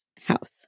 house